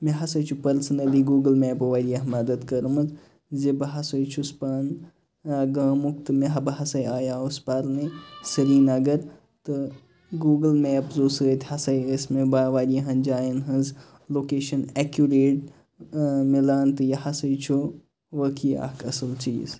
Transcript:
مےٚ ہسا چھُ پٔرسٕنلی گوگُل میپَو واریاہ مدد کٔرمٕژ زِ بہٕ ہسا چھُس پانہٕ ٲں گامُک تہٕ مےٚ بہٕ ہسا آیاوُس پَرِنہِ سریٖنگر تہِ گوگُل میپزَوٚ سۭتۍ ہسا ٲسۍ مےٚ بَہ واریاہَن جایِن ہنٛز لوکیشَن ایٚکیوٗریٹ ٲں مِلان تہِ یہِ ہسا چھُ وٲقعی اَکھ اصٕل چیٖز